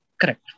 Correct